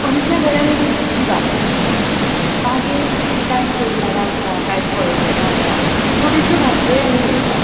आमच्या घरान एक इल्लीशी बाग आसा बागेंत कांय फूल झाडां आसा कांय फळ झाडां आसा थोड्योश्यो भाज्ज्योय आमी रयता